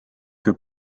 que